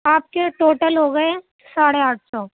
آپ کے ٹوٹل ہوگئے ساڑھے آٹھ سو